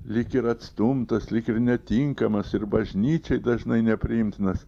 lyg ir atstumtas lyg ir netinkamas ir bažnyčiai dažnai nepriimtinas